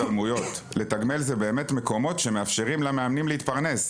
לתגמל באמת זה מקומות שמאפשרים למאמנים להתפרנס.